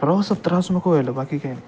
प्रवासात त्रास नको व्हायला बाकी काही नाही